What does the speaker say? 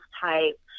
type